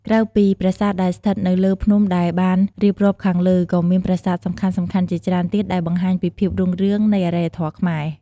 ក្រៅពីប្រាសាទដែលស្ថិតនៅលើភ្នំដែលបានរៀបរាប់ខាងលើ ក៏មានប្រាសាទសំខាន់ៗជាច្រើនទៀតដែលបង្ហាញពីភាពរុងរឿងនៃអរិយធម៌ខ្មែរ។